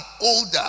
older